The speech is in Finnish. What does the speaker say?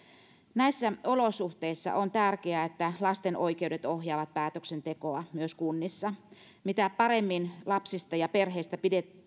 näissä olosuhteissa on tärkeää että lasten oikeudet ohjaavat päätöksentekoa myös kunnissa mitä paremmin lapsista ja perheistä